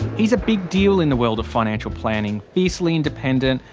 he's a big deal in the world of financial planning, fiercely independent,